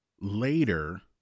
later